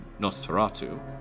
nosferatu